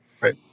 Right